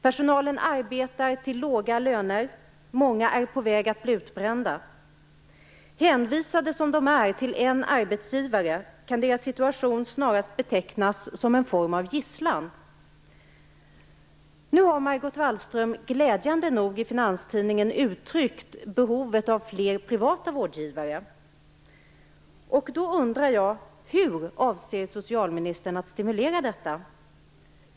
Personalen arbetar till låga löner. Många är på väg att bli utbrända. Hänvisade, som de är, till en arbetsgivare kan de snarast betecknas som en form av gisslan. Nu har Margot Wallström, glädjande nog, i Finanstidningen uttryckt behovet av fler privata vårdgivare. Då undrar jag hur socialministern avser att stimulera detta.